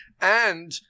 and-